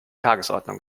tagesordnung